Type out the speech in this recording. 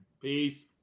Peace